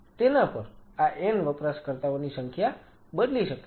તેના પર આ n વપરાશકર્તાઓની સંખ્યા બદલી શકે છે